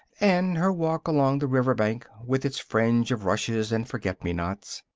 and her walk along the river-bank with its fringe of rushes and forget-me-nots,